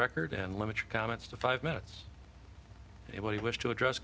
record and limit your comments to five minutes what you wish to address